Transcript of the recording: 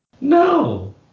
No